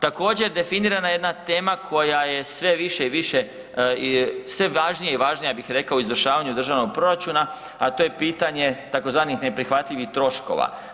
Također definirana je jedna tema koja je sve više i više, sve važnija i važnija ja bih rekao u izvršavanju državnog proračuna, a to je pitanje tzv. neprihvatljivih troškova.